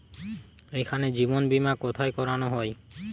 এখানে জীবন বীমা কোথায় করানো হয়?